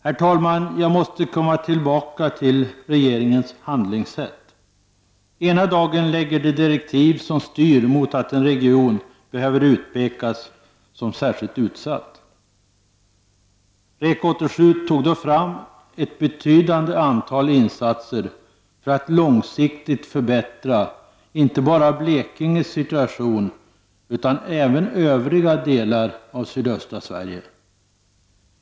Herr talman! Jag måste återkomma till regeringens handlingssätt. Ena dagen lägger den direktiv som styr mot att en region behöver utpekas som särskilt utsatt. REK 87 tog då fram ett betydande antal insatser för att långsiktigt förbättra inte bara Blekinges situation utan även situationen i övriga de lar av sydöstra Sverige.